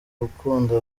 urukundo